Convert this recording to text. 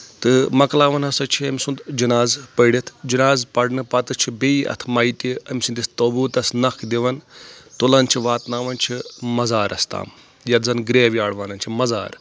تہٕ مۄکلاوَان ہسا چھِ أمۍ سُنٛد جناز پٔرِتھ جنازٕ پَرنہٕ پتہٕ چھِ بییہِ اَتھ میہِ تہِ أمۍ سٕنٛدِس طبوٗتَس نخ دِوان تُلان چھِ واتناوَان چھِ مزارَس تام یَتھ زَن گریو یاڈ وَنان چھِ مزار